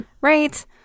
right